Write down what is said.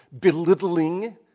belittling